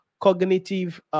cognitive